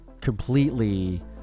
completely